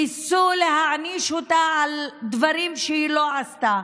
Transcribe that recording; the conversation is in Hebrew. ניסו להעניש אותה על דברים שהיא לא עשתה.